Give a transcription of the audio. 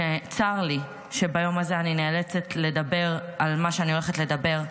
שצר לי שביום הזה אני נאצלת לדבר על מה שאני הולכת לדבר,